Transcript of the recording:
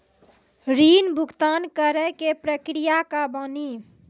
ऋण भुगतान करे के प्रक्रिया का बानी?